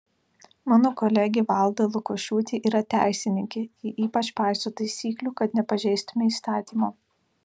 mano kolegė valda lukošiūtė yra teisininkė ji ypač paiso taisyklių kad nepažeistume įstatymo